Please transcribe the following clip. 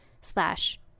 slash